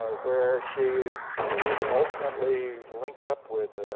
ah where she would ultimately link up with